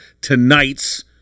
tonight's